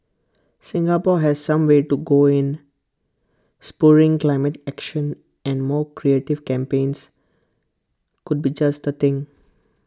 Singapore has some way to go in spurring climate action and more creative campaigns could be just the thing